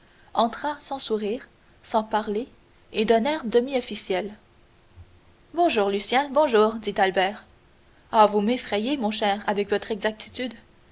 entra sans sourire sans parler et d'un air demi officiel bonjour lucien bonjour dit albert ah vous m'effrayez mon cher avec votre exactitude